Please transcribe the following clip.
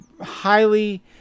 highly